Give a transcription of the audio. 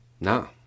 No